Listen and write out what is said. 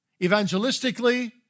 Evangelistically